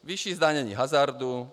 Vyšší zdanění hazardu.